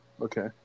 okay